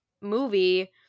movie